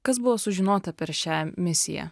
kas buvo sužinota per šią misiją